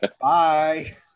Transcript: Bye